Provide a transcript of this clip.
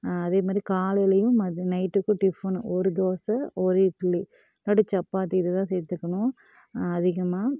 அதே மாதிரி காலையிலேயும் மதி நைட்டுக்கும் டிஃபனு ஒரு தோசை ஒரு இட்லி இல்லாட்டி சப்பாத்தி இதை தான் சேர்த்துக்கணும் அதிகமாக